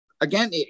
again